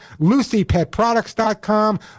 LucyPetProducts.com